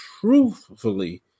truthfully